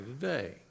today